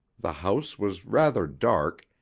the house was rather dark,